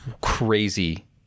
crazy